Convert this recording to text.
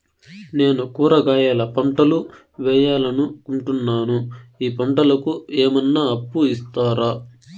నేను కూరగాయల పంటలు వేయాలనుకుంటున్నాను, ఈ పంటలకు ఏమన్నా అప్పు ఇస్తారా?